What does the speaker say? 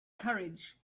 courage